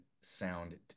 sound